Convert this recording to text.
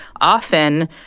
often